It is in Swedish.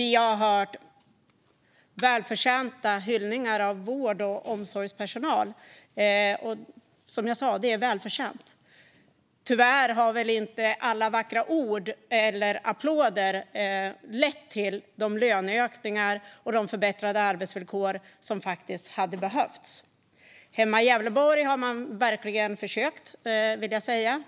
Vi har hört välförtjänta hyllningar av vård och omsorgspersonal, men tyvärr har inte alla vackra ord eller applåder lett till de löneökningar och förbättrade arbetsvillkor som hade behövts. Hemma i Gävleborg har man verkligen försökt.